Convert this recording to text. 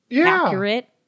accurate